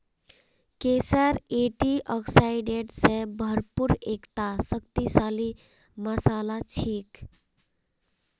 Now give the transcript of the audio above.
केसर एंटीऑक्सीडेंट स भरपूर एकता शक्तिशाली मसाला छिके